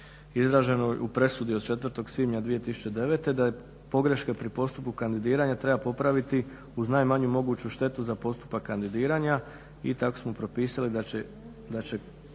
izraženom u presudi od 4. svibnja 2009. da pogrešku pri postupku kandidiranja treba popraviti uz najmanju moguću štetu za postupak kandidiranja. I tako smo propisali da će